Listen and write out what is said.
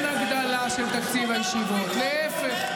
באמת,